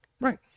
right